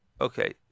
Okay